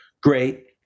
great